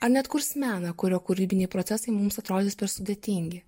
ar net kurs meną kurio kūrybiniai procesai mums atrodys per sudėtingi